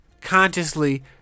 consciously